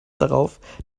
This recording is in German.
darauf